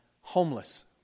homeless